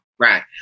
Right